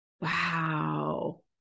wow